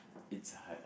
it's hard